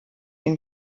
den